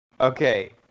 Okay